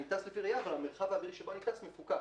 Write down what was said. טס לפי ראיה אבל המרחב האווירי בו אני טס מפוקס,